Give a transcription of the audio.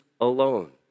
alone